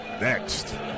next